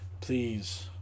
please